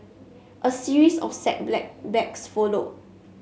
a series of setbacks followed